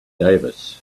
davis